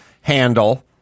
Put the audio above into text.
handle